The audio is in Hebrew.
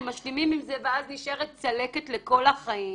הם משלימים עם זה ואז נשארת צלקת לכל החיים,